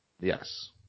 Yes